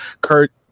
Kurt